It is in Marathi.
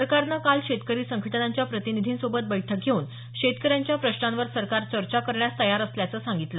सरकारनं काल शेतकरी संघटनांच्या प्रतिनिधींसोबत बैठक घेऊन शेतकऱ्यांच्या प्रश्नांवर सरकार चर्चा करण्यास तयार असल्याचं सांगितलं